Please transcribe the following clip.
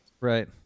right